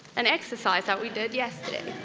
an exercise that we did yesterday.